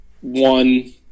one –